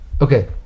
Okay